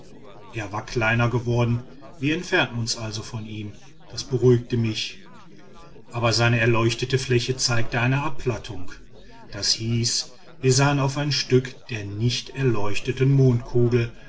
er war kleiner geworden wir entfernten uns also von ihm das beruhigte mich aber seine erleuchtete fläche zeigte eine abplattung das heißt wir sahen auf ein stück der nicht erleuchteten